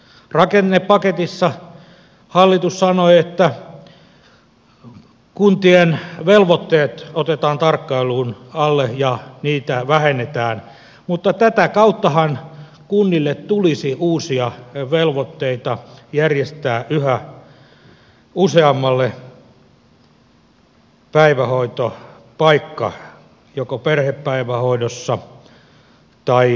rakennepaketissa hallitus sanoi että kuntien velvoitteet otetaan tarkkailun alle ja niitä vähennetään mutta tätähän kautta kunnille tulisi uusia velvoitteita järjestää yhä useammalle päivähoitopaikka joko perhepäivähoidossa tai päiväkodissa